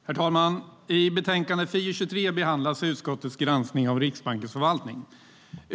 Herr talman! I betänkande FiU23 behandlas utskottets granskning av Riksbankens förvaltning.